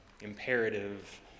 imperative